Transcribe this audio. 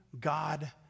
God